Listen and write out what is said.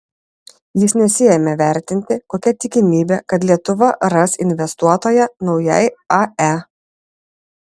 jis nesiėmė vertinti kokia tikimybė kad lietuva ras investuotoją naujai ae